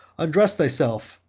undress thyself,